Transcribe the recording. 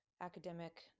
academic